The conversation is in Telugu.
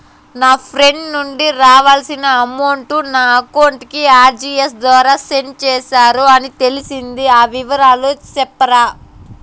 నా ఫ్రెండ్ నుండి రావాల్సిన అమౌంట్ ను నా అకౌంట్ కు ఆర్టిజియస్ ద్వారా సెండ్ చేశారు అని తెలిసింది, ఆ వివరాలు సెప్తారా?